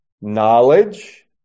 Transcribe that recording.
knowledge